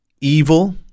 evil